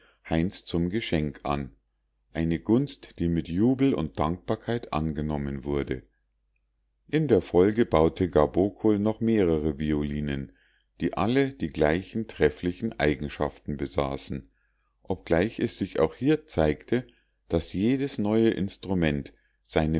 heinz zum geschenk an eine gunst die mit jubel und dankbarkeit angenommen wurde in der folge baute gabokol noch mehrere violinen die alle die gleichen trefflichen eigenschaften besaßen obgleich es sich auch hier zeigte daß jedes neue instrument seine